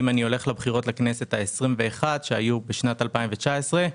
אם אני הולך לבחירות לכנסת ה-21 שהיו בשנת 2019,